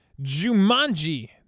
Jumanji